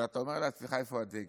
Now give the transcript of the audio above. ואתה אומר לעצמך: איפה הדגל?